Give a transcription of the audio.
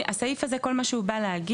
הסעיף הזה כל מה שהוא בא להגיד,